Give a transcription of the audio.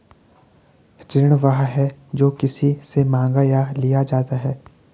ऋण वह है, जो किसी से माँगा या लिया जाता है